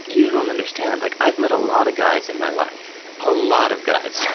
you don't understand. like i've met a lot of guys in my life, a lot of guys.